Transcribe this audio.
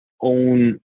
own